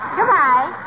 Goodbye